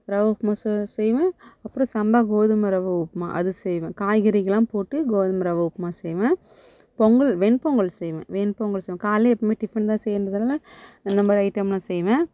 ரவா உப்புமா செய்வேன் அப்புறம் சம்பா கோதுமை ரவா உப்புமா அது செய்வேன் காய்கறிகள்லாம் போட்டு கோதுமை ரவா உப்புமா செய்வேன் பொங்கல் வெண் பொங்கல் செய்வேன் வெண் பொங்கல் செய்வேன் காலைல எப்பயுமே டிஃபன் தான் செய்ய வேண்டியதால் இந்த மாதிரி ஐட்டம்லாம் செய்வேன்